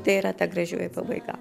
tai yra ta gražioji pabaiga